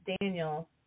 daniel